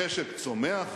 המשק צומח,